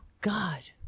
God